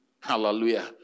Hallelujah